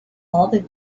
other